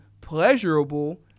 pleasurable